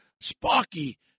Sparky